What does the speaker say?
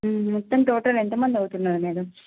మొత్తం టోటల్ ఎంత మంది అవుతన్నారు మేడం